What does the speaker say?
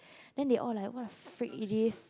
then they all like what a freak it is